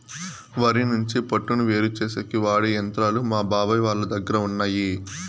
వరి నుంచి పొట్టును వేరుచేసేకి వాడె యంత్రాలు మా బాబాయ్ వాళ్ళ దగ్గర ఉన్నయ్యి